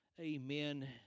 Amen